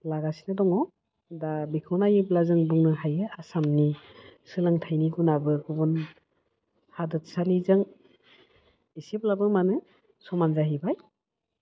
लागासिनो दङ दा बेखौ नायोब्ला जों बुंनो हायो आसामनि सोलोंथाइनि गुनाबो गुबुन हादोरसानिजों एसेब्लाबो मानो समान जाहैबाय